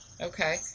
Okay